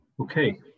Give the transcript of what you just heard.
okay